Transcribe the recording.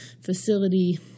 facility